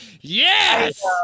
Yes